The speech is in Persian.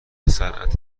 صنعت